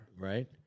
right